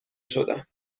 شدم